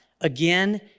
Again